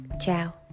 Ciao